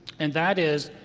and that is,